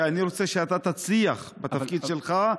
ואני רוצה שאתה תצליח בתפקיד שלך,